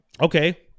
Okay